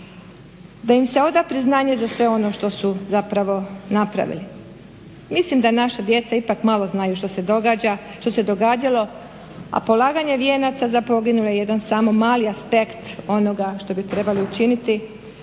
da im se oda priznanje za sve ono što su zapravo napravili. Mislim da naša djeca ipak malo znaju što se događalo, a polaganje vijenaca za poginule jedan samo mali aspekt onoga što bi trebali učiniti.